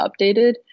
updated